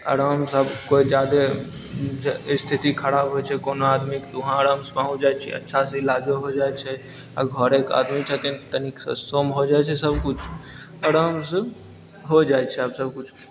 आओर हमसब कोइ जादे स्थिति खराब होइ छै कोनो आदमीके तऽ वहाँ आरामसँ पहुँच जाइ छियै अच्छासँ ईलाजो हो जाइ छै आब घरक आदमी छथिन तनीक सस्तोमे हो जाइ छै सबकिछु आरामसँ हो जाइ छै आब सबकिछु